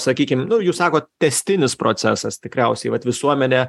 sakykim nu jūs sakot tęstinis procesas tikriausiai vat visuomenė